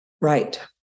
Right